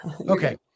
okay